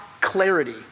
clarity